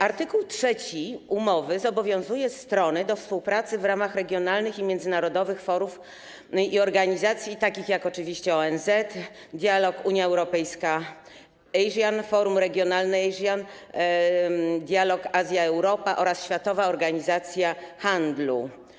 Art. 3 umowy zobowiązuje strony do współpracy w ramach regionalnych i międzynarodowych forów i organizacji, takich jak oczywiście ONZ, dialog Unia Europejska - ASEAN, forum regionalne ASEAN, dialog Azja - Europa oraz Światowa Organizacja Handlu.